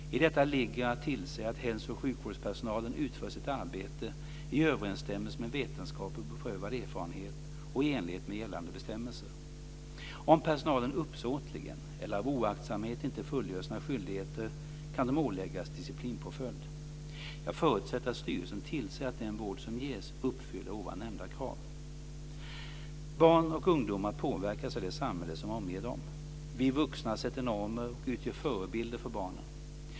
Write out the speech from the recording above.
I detta ligger att tillse att hälso och sjukvårdspersonalen utför sitt arbete i överensstämmelse med vetenskap och beprövad erfarenhet och i enlighet med gällande bestämmelser. Om personalen uppsåtligen eller av oaktsamhet inte fullgör sina skyldigheter kan de åläggas disciplinpåföljd. Jag förutsätter att styrelsen tillser att den vård som ges uppfyller ovan nämnda krav. Barn och ungdomar påverkas av det samhälle som omger dem. Vi vuxna sätter normer och utgör förebilder för barnen.